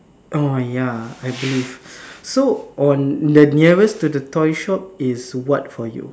orh ya I believe so on the nearest to the toy shop is what for you